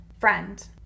Friend